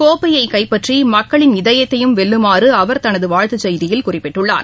கோப்பயை கைப்பற்றி மக்களின் இதயத்தையும் வெல்லுமாறு அவர் தனது வாழ்த்து செய்தியில் குறிப்பிட்டுள்ளார்